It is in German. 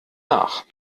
nach